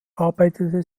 arbeitete